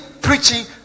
preaching